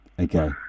Okay